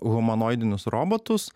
humanoidinius robotus